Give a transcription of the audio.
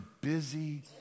busy